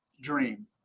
dream